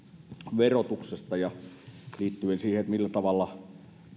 verotuksesta liittyen siihen millä tavalla